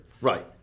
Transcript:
Right